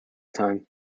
time